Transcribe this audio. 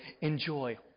Enjoy